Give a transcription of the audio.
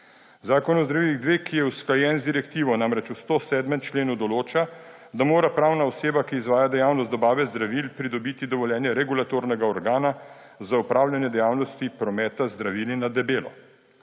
Zakon o zdravilih-2, ki je usklajen z direktivo, namreč v 107. členu določa, da mora pravna oseba, ki izvaja dejavnost dobave zdravil, pridobiti dovoljenje regulatornega organa za opravljanje dejavnosti prometa z zdravili na debelo.